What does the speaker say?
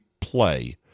play